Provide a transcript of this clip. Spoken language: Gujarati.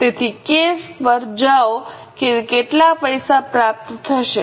તેથી કેસ પર જાઓ કે કેટલા પૈસા પ્રાપ્ત થશે